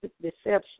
deception